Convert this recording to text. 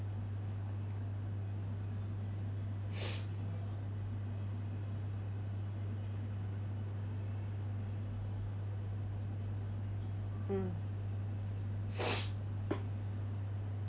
mm